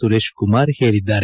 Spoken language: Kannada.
ಸುರೇಶ್ ಕುಮಾರ್ ಹೇಳಿದ್ದಾರೆ